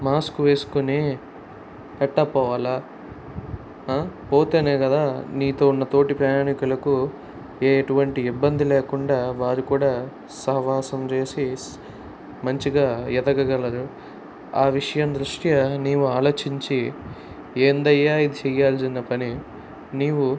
mask వేసుకొని ఎలా పోవాలి పోతేనే కదా నీతో ఉన్న తోటి ప్రయాణికులకు ఎటువంటి ఇబ్బంది లేకుండా వారు కూడా సహవాసం చేసి మంచిగా ఎదగగలరు ఆ విషయం దృష్ట్యా నీవు ఆలోచించి ఏందయ్యా ఇది చెయ్యాల్సిన పని నీవు